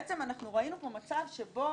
בעצם אנחנו ראינו פה מצב שבו